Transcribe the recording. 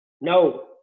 No